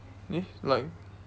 eh like